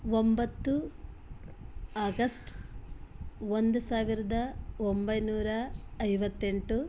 ಒಂಬತ್ತು ಆಗಸ್ಟ್ ಒಂದು ಸಾವಿರದ ಒಂಬೈನೂರ ಐವತ್ತೆಂಟು